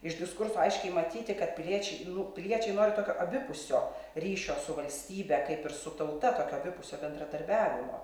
iš diskurso aiškiai matyti kad piliečiai nu piliečiai nori tokio abipusio ryšio su valstybe kaip ir su tauta tokio abipusio bendradarbiavimo